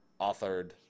authored